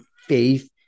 faith